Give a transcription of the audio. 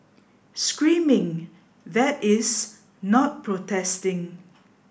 screaming that is not protesting